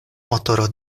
motoro